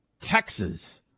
Texas